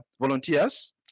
volunteers